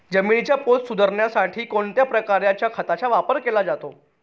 जमिनीचा पोत सुधारण्यासाठी कोणत्या प्रकारच्या खताचा वापर केला जातो?